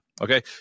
Okay